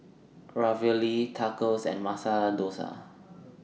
Ravioli Tacos and Masala Dosa